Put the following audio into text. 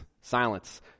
silence